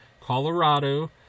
Colorado